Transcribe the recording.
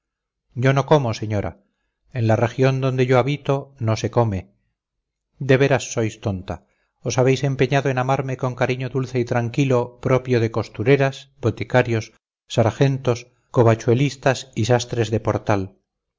yo no como señora en la región donde yo habito no se come de veras sois tonta os habéis empeñado en amarme con cariño dulce y tranquilo propio de costureras boticarios sargentos covachuelistas y sastres de portal